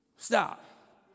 Stop